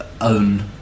own